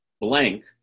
blank